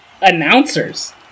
announcers